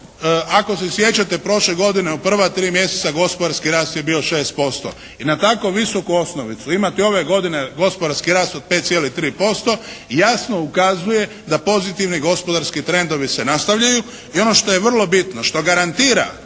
ako se sjećate prošle godine u prva tri mjeseca gospodarski rast je bio 6%. I na tako visku osnovicu imati ove godine gospodarski rast od 5,3% jasno ukazuje da pozitivni gospodarski trendovi se nastavljaju. I ono što je vrlo bitno, što garantira